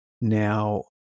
now